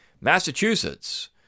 Massachusetts